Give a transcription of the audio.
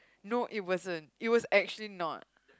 no it wasn't it was actually not